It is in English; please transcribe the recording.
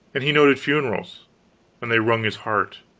and he noted funerals and they wrung his heart.